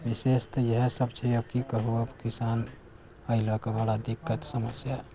विशेष तऽ इएह सभ छै आब कि कहु किसान एहि लक बड़ा दिक्कत समस्या